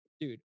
dude